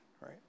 right